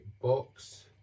box